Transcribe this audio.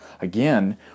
again